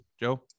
Joe